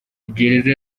gereza